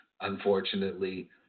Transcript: unfortunately